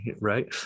right